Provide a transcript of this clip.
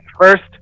First